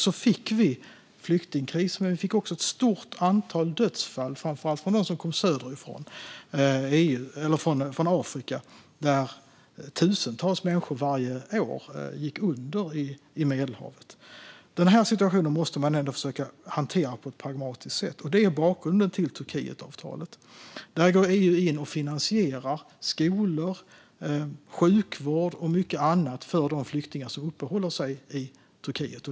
Vi fick flyktingkrisen, men vi fick också ett stort antal dödsfall, framför allt bland dem som kom från Afrika. Det var tusentals människor som varje år gick under på Medelhavet. Man måste ändå försöka hantera den här situationen på ett pragmatiskt sätt, och det är bakgrunden till Turkietavtalet. EU går in och finansierar skolor, sjukvård och mycket annat för de flyktingar som uppehåller sig i Turkiet.